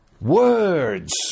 words